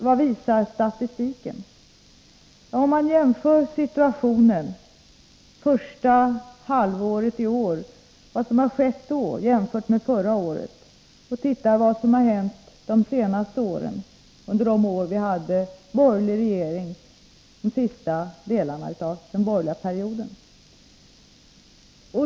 Vad visar statistiken? Vi kan se på vad som har skett det första halvåret i år och jämföra med vad som skedde förra året, och vi kan titta på vad som har hänt de senaste åren — de sista åren av den borgerliga perioden.